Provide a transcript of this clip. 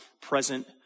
present